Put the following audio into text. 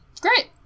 Great